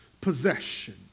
possession